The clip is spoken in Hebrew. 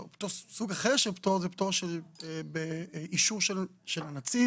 סוג אחר של פטור הוא פטור באישור של הנציב